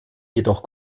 jedoch